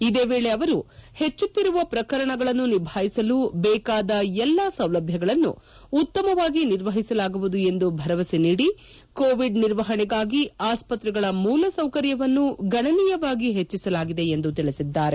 ಇದೇ ವೇಳೆ ಅವರು ಹೆಚ್ಚುತ್ತಿರುವ ಪ್ರಕರಣಗಳನ್ನು ನಿಭಾಯಿಸಲು ಬೇಕಾದ ಎಲ್ಲಾ ಸೌಲಭ್ಯಗಳನ್ನು ಉತ್ತಮವಾಗಿ ನಿರ್ವಹಿಸಲಾಗುವುದು ಎಂದು ಭರವಸೆ ನೀಡಿ ಕೋವಿಡ್ ನಿರ್ವಹಣೆಗಾಗಿ ಆಸ್ತ್ರೆಗಳ ಮೂಲಸೌಕರ್ಯವನ್ನು ಗಣನೀಯವಾಗಿ ಹೆಚ್ಚಿಸಲಾಗಿದೆ ಎಂದು ತಿಳಿಸಿದ್ದಾರೆ